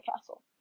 castle